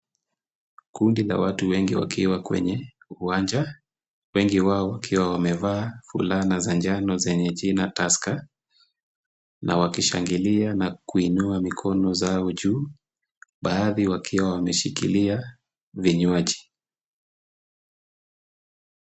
Kundi la watu wengi wakiwa kwenye uwanja. Wengi wao wakiwa wamevaa fulana za njano zenye jina Tusker na wakishangilia na kuinua mikona zao juu baadhi wakiwa wameshikilia vinywaji.